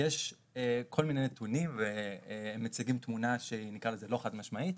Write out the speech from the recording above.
יש כל מיני נתונים ומציגים תמונה שנקרא לה לא חד משמעית.